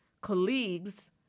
colleagues